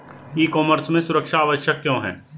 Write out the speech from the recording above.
ई commerce में सुरक्षा आवश्यक क्यों है?